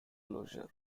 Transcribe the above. closure